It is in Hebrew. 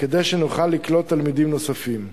כדי שנוכל לקלוט תלמידים נוספים.